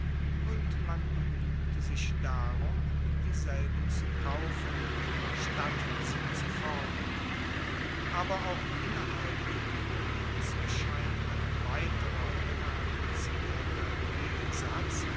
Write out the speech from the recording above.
und man begnuegte sich darum dieselben zu kaufen statt sie zu formen aber auch innerhalb etruriens erscheint ein weiterer bemerkenswerter gegensatzinder